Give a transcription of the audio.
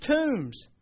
tombs